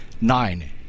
Nine